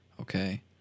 okay